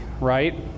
right